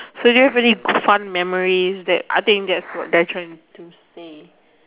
so do you have any fun memories that I think that's what they are trying to say